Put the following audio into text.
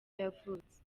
yavutse